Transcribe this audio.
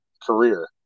career